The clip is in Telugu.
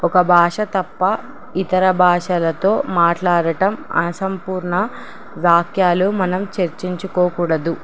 ఒక భాష తప్ప ఇతర భాషలతో మాట్లాడటం అసంపూర్ణ వాక్యాలు మనం చర్చించుకోకూడదు